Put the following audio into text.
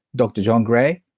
dr. john gray?